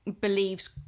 Believes